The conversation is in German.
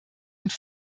und